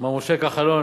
מר משה כחלון,